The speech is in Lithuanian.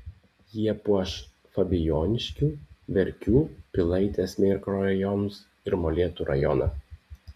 jie puoš fabijoniškių verkių pilaitės mikrorajonus ir molėtų rajoną